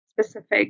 specific